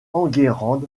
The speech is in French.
enguerrand